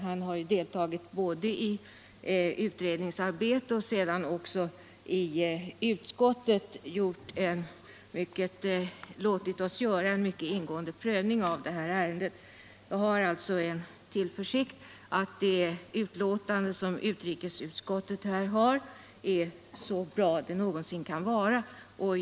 Han har både deltagit i utredningsarbetet och sedan också i utskottet låtit oss göra en mycket ingående prövning av detta ärende. Jag hyser alltså den tillförsikten att det betänkande som utrikesutskottet avgivit är så bra som det någonsin kan vara.